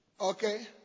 Okay